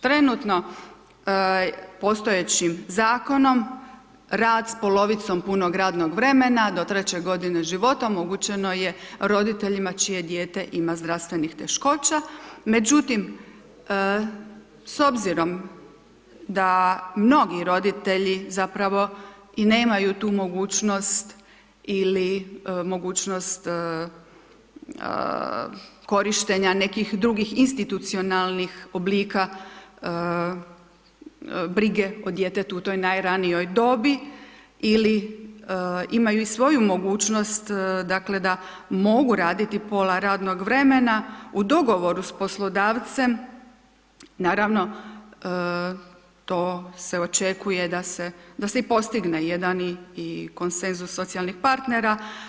Trenutno postojećim zakonom rad s polovicom punog radnog vremena do 3. godine života omogućeno je roditeljima čije dijete ima zdravstvenih teškoća, međutim s obzirom da mnogi roditelji zapravo i nemaju tu mogućnost ili mogućnost korištenja nekih drugih institucionalnih oblika brige o djetetu u toj najranijoj dobi ili imaju i svoju mogućnost dakle da mogu raditi pola radnog vremena u dogovoru sa poslodavcem, naravno to se očekuje da se i postigne jedan i konsenzus socijalnih partnera.